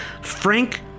Frank